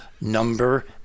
number